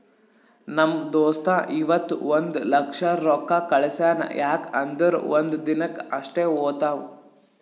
ನಮ್ ದೋಸ್ತ ಇವತ್ ಒಂದ್ ಲಕ್ಷ ರೊಕ್ಕಾ ಕಳ್ಸ್ಯಾನ್ ಯಾಕ್ ಅಂದುರ್ ಒಂದ್ ದಿನಕ್ ಅಷ್ಟೇ ಹೋತಾವ್